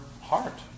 heart